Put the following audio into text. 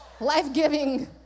life-giving